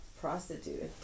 prostitute